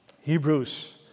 Hebrews